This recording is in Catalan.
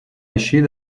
eixir